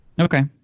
Okay